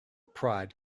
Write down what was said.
pride